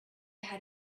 had